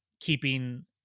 keeping